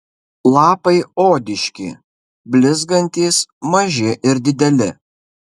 lapai odiški blizgantys maži ir dideli